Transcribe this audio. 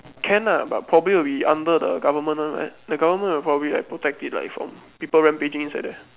can ah but probably will be under the government one right the government will probably like protect it from people rampaging inside there